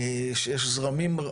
שיש זרמים,